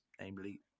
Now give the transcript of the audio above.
namely